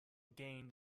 gained